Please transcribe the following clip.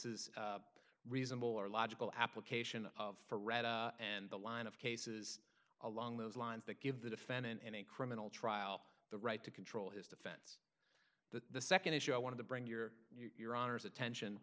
is a reasonable or logical application of forever and the line of cases along those lines that give the defendant in a criminal trial the right to control his defense the nd issue i want to bring your your honour's attention